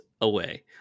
away